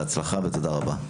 בהצלחה ותודה רבה.